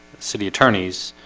city attorneys